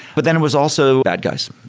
but then it was also bad guys.